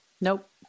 Nope